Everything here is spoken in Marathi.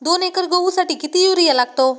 दोन एकर गहूसाठी किती युरिया लागतो?